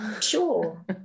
Sure